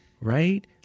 right